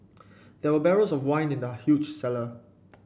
there were barrels of wine in the huge cellar